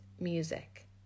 music